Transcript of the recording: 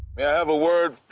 may i have a word?